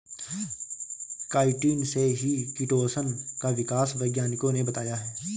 chitin से ही chitosan का विकास वैज्ञानिकों ने बताया है